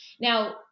Now